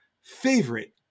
favorite